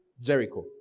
Jericho